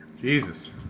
Jesus